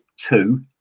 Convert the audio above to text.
two